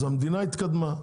המדינה התקדמה.